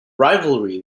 rivalry